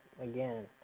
again